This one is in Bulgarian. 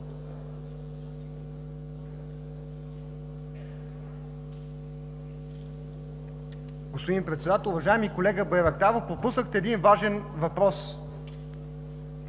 Господин Председател! Уважаеми колега Байрактаров! Пропуснахте един важен въпрос.